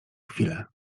chwilę